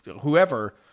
whoever